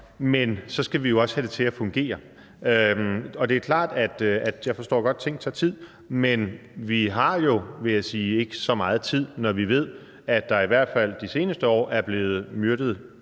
Men så skal vi jo også have det til at fungere. Det er klart, at ting tager tid – det forstår jeg godt. Men vi har jo ikke så meget tid, vil jeg sige, når vi ved, at der i hvert fald de seneste år er blevet myrdet